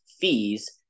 fees